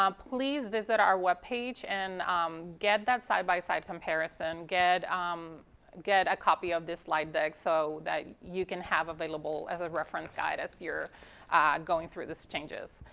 um please visit our web page and um get that side by side comparison, get um get a copy of this slide that so that you can have available as a reference guide as you're going through those changes.